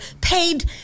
paid